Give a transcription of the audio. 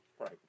Right